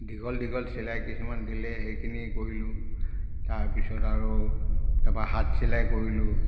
দীঘল দীঘল চিলাই কিছুমান দিলে সেইখিনি কৰিলোঁ তাৰপিছত আৰু তাপা হাত চিলাই কৰিলোঁ